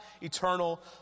eternal